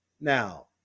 Now